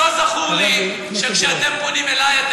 לא זכור לי שכשאתם פונים אלי אתם אומרים,